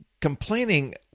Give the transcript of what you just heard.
Complaining